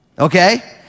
Okay